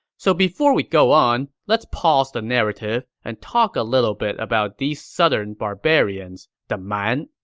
so before we go on, let's pause the narrative and talk a little bit about these southern barbarians, the man.